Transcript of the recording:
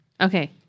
Okay